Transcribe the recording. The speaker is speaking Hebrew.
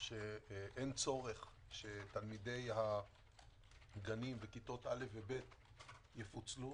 שאין צורך שתלמידי הגנים ותלמידי א' וב' יפוצלו.